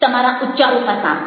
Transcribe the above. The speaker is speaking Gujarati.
તમારા ઉચ્ચારો પર કામ કરો